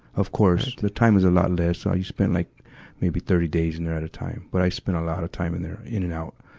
of course, the time is a lot less. i spent like maybe thirty days in there at a time. but i spent a lot of time in there, in and out.